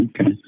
Okay